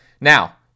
Now